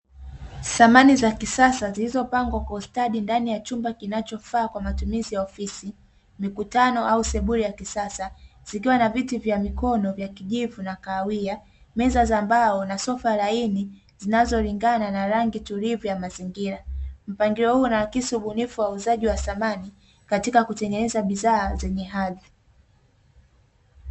Samani za kisasa zilizopangwa kwa ustadi ndani ya chumba kinachofaa kwa matumizi ya ofisi, mikutano au sebule ya kisasa, zikiwa na viti vya mikono vya kijivu pamoja na kahawia, meza za mbao na sofa laini zinazolingana, na rangi tulivu ya mazingira. Mpangilio huu unaakisi ubunifu, uuzaji wa samani katika kutengeneza bidhaa zenye hadhi.